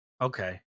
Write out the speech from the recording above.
Okay